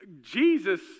Jesus